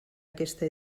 aquesta